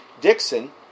Dixon